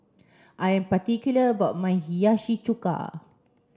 I am particular about my Hiyashi Chuka